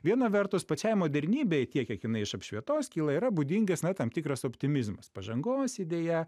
viena vertus pačiai modernybei tiek kiek jinai iš apšvietos kyla yra būdingas na tam tikras optimizmas pažangos idėja